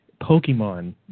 Pokemon